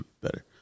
better